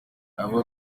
avuga